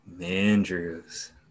Andrews